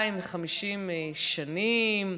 250 שנים,